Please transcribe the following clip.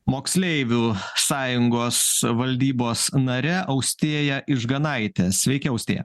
moksleivių sąjungos valdybos nare austėja ižganaite